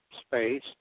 space